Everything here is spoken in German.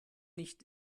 nicht